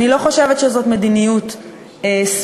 אני לא חושבת שזאת מדיניות סבירה.